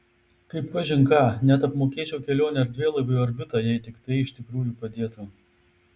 kaip kažin ką net apmokėčiau kelionę erdvėlaiviu į orbitą jei tik tai iš tikrųjų padėtų